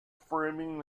framing